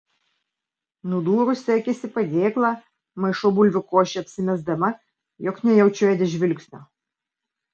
nudūrusi akis į padėklą maišau bulvių košę apsimesdama jog nejaučiu edi žvilgsnio